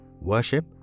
worship